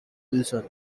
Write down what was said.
wilson